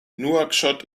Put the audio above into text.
nouakchott